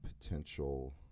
potential